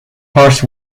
horst